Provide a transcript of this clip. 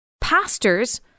pastors